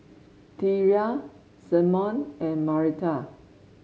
Thyra Symone and Marita